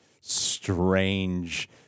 strange